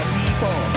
people